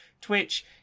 twitch